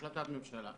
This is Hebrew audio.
החלטת ממשלה.